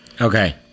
Okay